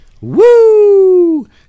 Woo